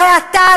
הרי אתה,